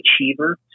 achiever